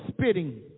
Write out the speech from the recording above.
spitting